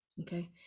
okay